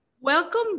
Welcome